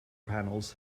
panels